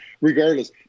regardless